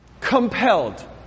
compelled